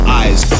eyes